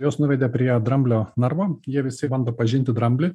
juos nuvedė prie dramblio narvo jie visi bando pažinti dramblį